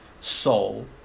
soul